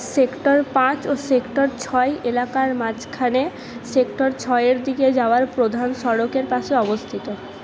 sector পাঁচ ও sector ছয় এলাকার মাঝখানে সেক্টর ছয়ের দিকে যাওয়ার প্রধান সড়কের পাশে অবস্থিত